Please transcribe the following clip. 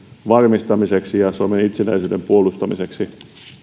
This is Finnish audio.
varmistamiseksi ja suomen itsenäisyyden puolustamiseksi